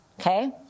okay